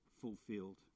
fulfilled